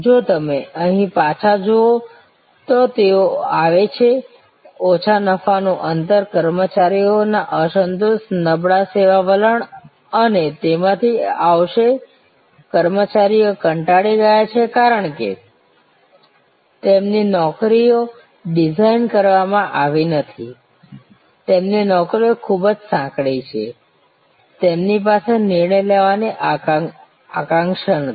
જો તમે અહીં પાછા જાઓ તો તેઓ આવે છે ઓછા નફાનું અંતર કર્મચારીઓના અસંતોષ નબળા સેવા વલણ અને તેમાંથી આવશે કર્મચારીઓ કંટાળી ગયા છે કારણ કે તેમની નોકરીઓ ડિઝાઇન કરવામાં આવી નથી તેમની નોકરીઓ ખૂબ જ સાંકડી છે તેમની પાસે નિર્ણય લેવાની અક્ષાંશ નથી